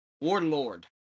Warlord